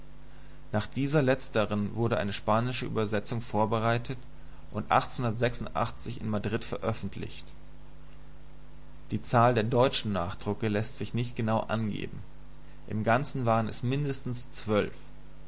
nach dieser letzteren wurde eine spanische übersetzung vorbereitet und in madrid veröffentlicht die zahl der deutschen nachdrucke läßt sich nicht genau angeben im ganzen waren es mindestens zwölf